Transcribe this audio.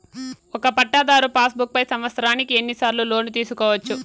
ఒక పట్టాధారు passbook పై సంవత్సరానికి ఎన్ని సార్లు లోను తీసుకోవచ్చు?